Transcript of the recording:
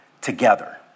together